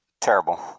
Terrible